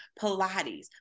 Pilates